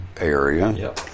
area